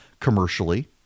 commercially